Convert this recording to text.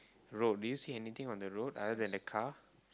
road do you see anything on the road other than the car